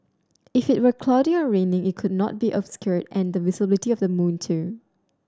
if it were cloudy or raining it could not be obscured and the visibility of the moon too